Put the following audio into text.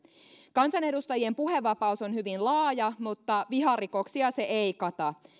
kansanedustajien puhevapaus on hyvin laaja mutta viharikoksia se ei kata